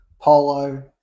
polo